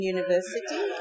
University